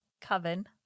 Coven